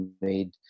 made